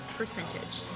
percentage